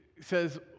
says